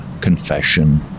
confession